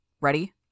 Ready